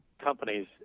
companies